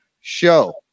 show